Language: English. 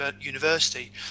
University